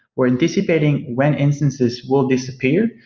we're anticipating when instances will disappear.